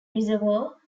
reservoir